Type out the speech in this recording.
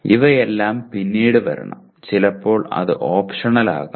ഇവയെല്ലാം പിന്നീട് വരണം ചിലപ്പോൾ അത് ഓപ്ഷണൽ ആകാം